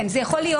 כן, זה יכול להיות.